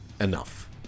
enough